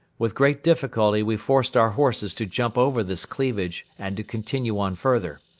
with great difficulty we forced our horses to jump over this cleavage and to continue on further.